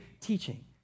teaching